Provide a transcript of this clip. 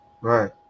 Right